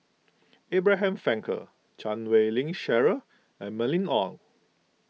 Abraham Frankel Chan Wei Ling Cheryl and Mylene Ong